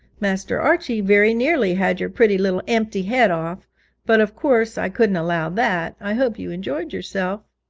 master archie very nearly had your pretty little empty head off but of course i couldn't allow that. i hope you enjoyed yourself